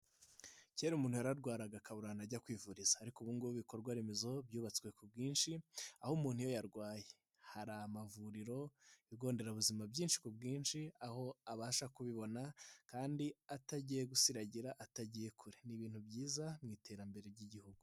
Kera umuntu yararwaraga akabura Ahantu ajya kwivuriza, ariko ubugu ngubu ibikorwa remezo byubatswe ku bwinshi, aho umuntu iyo yarwaye hari amavuriro, ibigo nderabuzima byinshi ku bwinshi, aho abasha kubibona, kandi atagiye gusiragira, atagiye kure. Ni ibintu byiza mu iterambere ry'Igihugu.